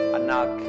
anak